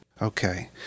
Okay